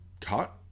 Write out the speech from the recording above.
cut